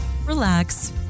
relax